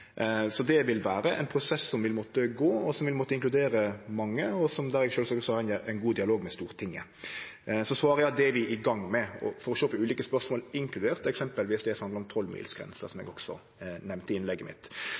Det vil vere ein prosess som vil måtte gå, som vil inkludere mange, og der eg sjølvsagt også har ein god dialog med Stortinget. Så svaret er at det er vi i gang med for å sjå på ulike spørsmål, inkludert eksempelvis det som handlar om tolvmilsgrensa, som eg også nemnde i innlegget mitt.